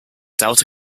delta